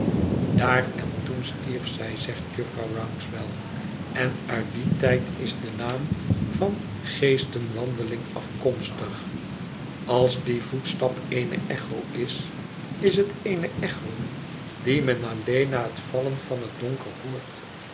daar en toen stierf zij zegtjufvrouwrouncewell en uit dien tijd is de naam van de geestenwandeling afkomstig als die voetstap eene echo is is het eene echo die men alleen na het vallen van den donker